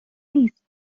نیست